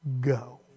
go